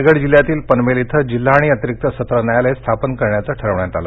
रायगड जिल्ह्यातील पनवेल इथं जिल्हा आणि अतिरिक्त सत्र न्यायालय स्थापन करण्याचंही ठरवण्यात आलं